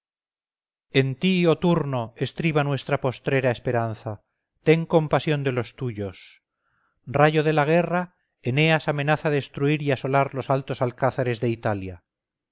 en ti oh turno estriba nuestra postrera esperanza ten compasión de los tuyos rayo de la guerra eneas amenaza destruir y asolar los altos alcázares de italia